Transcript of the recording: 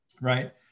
Right